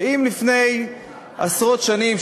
שאם לפני עשרות שנים,